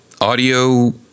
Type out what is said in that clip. audio